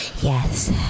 Yes